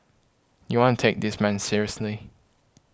you wanna take this man seriously